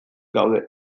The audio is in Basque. gaude